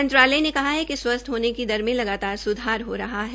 मंत्रालय ने कहा कि स्वस्थ होने की दर में लगातार सुधार हो रहा है